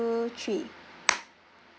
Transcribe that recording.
three